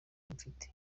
mfite